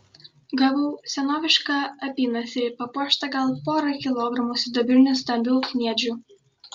gavau senovišką apynasrį papuoštą gal pora kilogramų sidabrinių stambių kniedžių